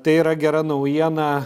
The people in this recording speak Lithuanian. tai yra gera naujiena